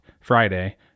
friday